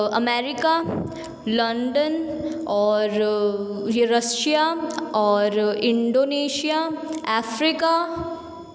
America London और ये Russia और इंडोनेशिया एफ़्रीका